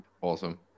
awesome